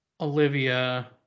Olivia